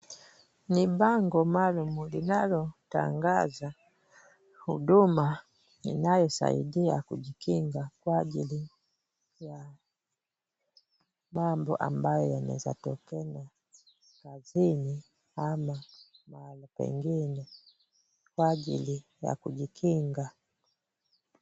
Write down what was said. Ni bango maalum, linalotangaza huduma inayosaidia kujikinga kwa ajili ya mambo ambayo yanaweza kutokea kazini ama mahali pengine, kwa ajili ya kujikinga.